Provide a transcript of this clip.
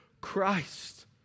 Christ